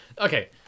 Okay